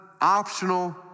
optional